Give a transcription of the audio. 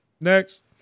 Next